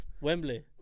Wembley